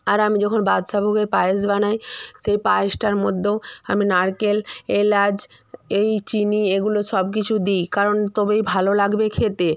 আর আমি যখন বাদশাভোগের পায়েস বানাই সেই পায়েসটার মধ্যেও আমি নারকেল এলাচ এই চিনি এগুলো সব কিছু দিই কারণ তবেই ভালো লাগবে খেতে